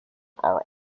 are